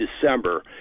December